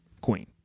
Queen